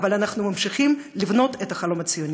אבל אנחנו ממשיכים לבנות את החלום הציוני.